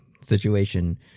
situation